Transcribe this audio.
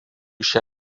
šią